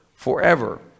Forever